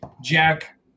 Jack